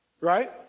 right